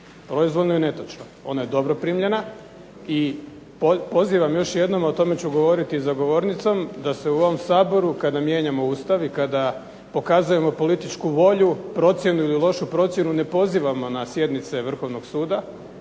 proizvoljno i netočno. Ona je dobro primljena i pozivam još jednom, o tome ću govoriti za govornicom da se u ovom Saboru kada mijenjamo Ustav i kada pokazujemo političku volju ili lošu procjenu ne pozivamo na sjednice Vrhovnog suda,